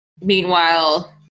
Meanwhile